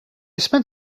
spent